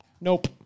Nope